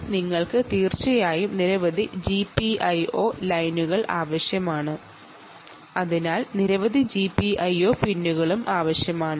അതിനായി നിങ്ങൾക്ക് തീർച്ചയായും നിരവധി GPIO ലൈനുകളും GPIO പിന്നുകളും ആവശ്യമാണ്